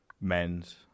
men's